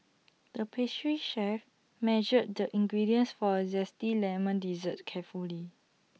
the pastry chef measured the ingredients for A Zesty Lemon Dessert carefully